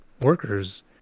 workers